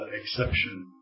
exception